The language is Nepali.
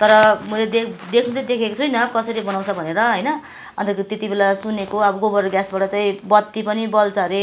तर मैले देख्नु चाहिँ देखेको छुइनँ कसरी बनाउँछ भनेर होइन अन्त त्यो त्यति बेला सुनेको अब गोबर ग्यासबाट चाहिँ बत्ती पनि बल्छ अरे